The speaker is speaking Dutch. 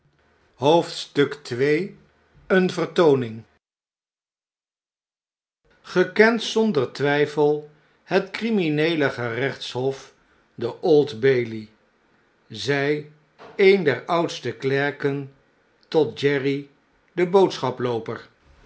ii eene vertooning ge kent zonder twijfel het crimineele gerechtshof de old bailey zei een der oudste klerken tot jerry den